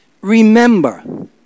Remember